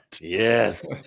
Yes